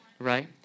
right